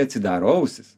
atsidaro ausys